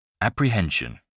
Apprehension